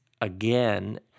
again